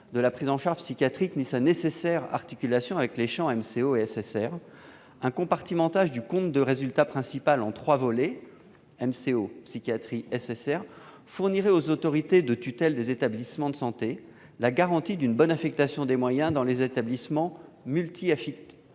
de la prise en charge psychiatrique ni sa nécessaire articulation avec les champs MCO et SSR, un compartimentage du compte de résultat principal en trois volets- MCO, psychiatrie, SSR -garantirait aux autorités de tutelle des établissements de santé la bonne affectation des moyens dans les établissements multiactivités.